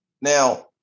Now